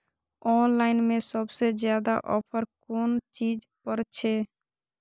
Online में सबसे ज्यादा ऑफर कोन चीज पर छे?